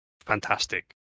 fantastic